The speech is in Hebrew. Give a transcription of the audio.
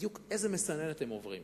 בדיוק איזו מסננת הם עוברים,